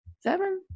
seven